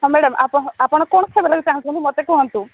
ହଁ ମ୍ୟାଡ଼ାମ ଆପଣ ଆପଣ କଣ ଖାଇବାଲାଗି ଚାହୁଁଛନ୍ତି ମତେ କୁହନ୍ତୁ